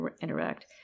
interact